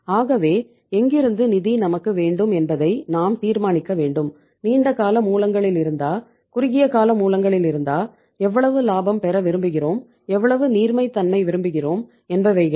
ஆகவே எங்கிருந்து நிதி நமக்கு வேண்டும் என்பதை நாம் தீர்மானிக்க வேண்டும் நீண்ட கால மூலங்களிலிருந்தா குறுகிய கால மூலங்களிலிருந்தா எவ்வளவு லாபம் பெற விரும்புகிறோம் எவ்வளவு நீர்மைத்தமை விரும்புகிறோம் என்பவைகளே